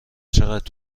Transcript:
چقدر